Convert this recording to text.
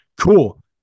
cool